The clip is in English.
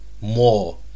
More